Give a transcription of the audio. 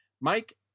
Mike